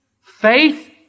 faith